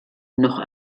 noch